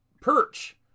perch